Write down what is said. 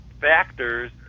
factors